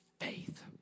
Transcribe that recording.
Faith